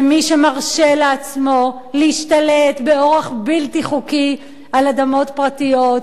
מול מי שמרשה לעצמו להשתלט באורח בלתי חוקי על אדמות פרטיות,